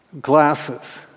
Glasses